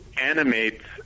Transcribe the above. animates